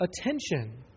Attention